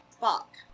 Fuck